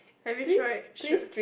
have you tried sure